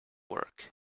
work